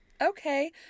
Okay